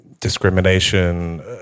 discrimination